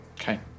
okay